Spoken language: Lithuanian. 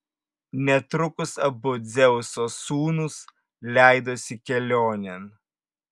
netrukus abu dzeuso sūnūs leidosi kelionėn